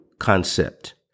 concept